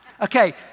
Okay